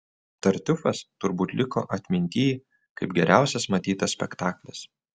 tartiufas turbūt liko atmintyj kaip geriausias matytas spektaklis